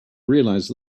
realised